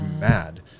mad